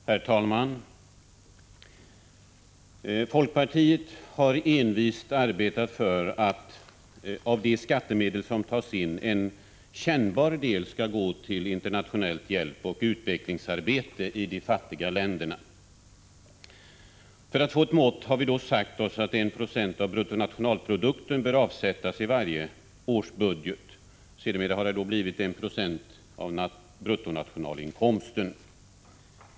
Herr talman! Folkpartiet har envist arbetat för att en kännbar del av de skattemedel som tas in skall gå till internationellt hjälpoch utvecklingsarbete i de fattiga länderna. För att få ett mått har vi då sagt oss att 1 90 av bruttonationalproduktion bör avsättas i varje årsbudget. Sedermera har detta blivit 1 26 av bruttonationalinkomsten.